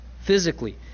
physically